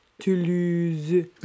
Toulouse